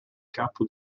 capo